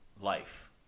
life